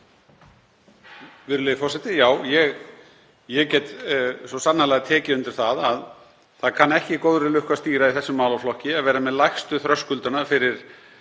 Virðulegi forseti. Ég get svo sannarlega tekið undir að það kann ekki góðri lukku að stýra í þessum málaflokki að vera með lægstu þröskuldana fyrir